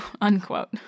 unquote